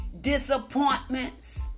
disappointments